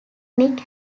nick